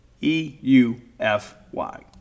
E-U-F-Y